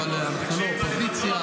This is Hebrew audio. אבל אתה מהאופוזיציה,